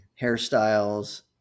hairstyles